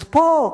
אז פה,